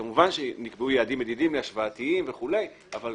כמובן שנקבעו יעדים מדידים והשוואתיים וכולי, אבל